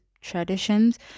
traditions